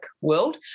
world